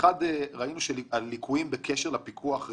ראינו שהליקויים בקשר לפיקוח בכלל,